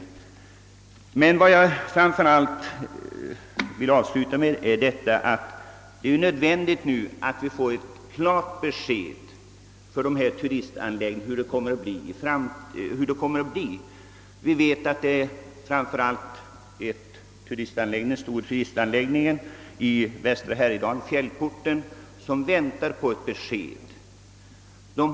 Vad jag ville sluta med att säga är att det är nödvändigt att vi får klara besked om hur det kommer att bli. Jag vet att framför allt en stor turistanläggning i västra Härjedalen, Fjällporten, väntar på besked.